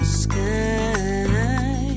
sky